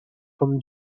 from